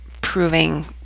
proving